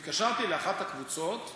והתקשרתי לאחת הקבוצות,